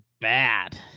bad